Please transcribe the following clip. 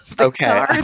Okay